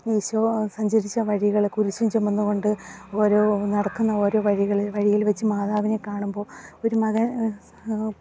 ഈശോ സഞ്ചരിച്ച വഴികളെക്കുറിച്ചും ചുമന്നുകൊണ്ട് ഓരോ നടക്കുന്ന ഓരോ വഴികൾ വഴിയിൽ വെച്ച് മാതാവിനെ കാണുമ്പോള് ഒരു മക